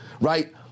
right